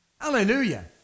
Hallelujah